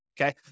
okay